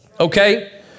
Okay